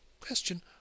Question